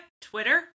Twitter